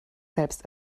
selbst